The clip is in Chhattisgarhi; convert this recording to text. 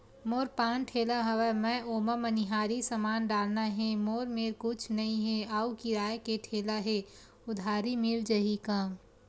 मोर पान ठेला हवय मैं ओमा मनिहारी समान डालना हे मोर मेर कुछ नई हे आऊ किराए के ठेला हे उधारी मिल जहीं का?